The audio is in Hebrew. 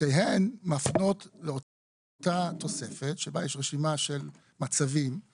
שתיהן מפנות לאותה תוספת שבה יש רשימה של מצבים,